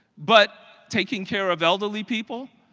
but taking care of elderly people,